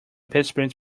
participants